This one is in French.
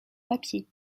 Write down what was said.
papier